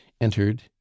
entered